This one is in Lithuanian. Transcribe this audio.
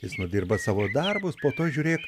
jis nudirba savo darbus po to žiūrėk